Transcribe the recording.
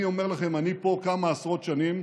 אני אומר לכם, אני פה כמה עשרות שנים,